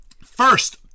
First